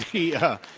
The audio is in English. yeah,